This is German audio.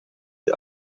die